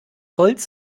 holz